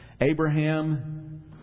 Abraham